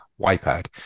wipeout